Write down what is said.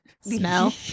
Smell